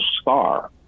scar